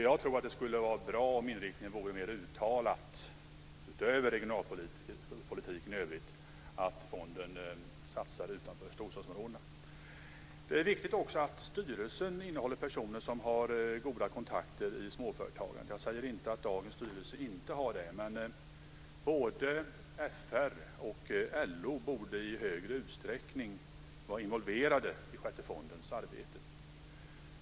Jag tror att det skulle vara bra om inriktningen mer uttalat - utöver regionalpolitiken i övrigt - vore att fonden satsar utanför storstadsområdena. Det är också viktigt att styrelsen innehåller personer som har goda kontakter i småföretagandet. Jag säger inte att dagens styrelse inte har det, men både FR och LO borde i större utsträckning vara involverade i sjätte fondens arbete.